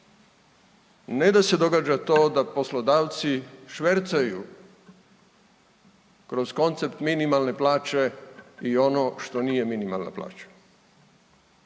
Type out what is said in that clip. Ne da se događa to da poslodavci švercaju kroz koncept minimalne plaće i ono što nije minimalna plaća,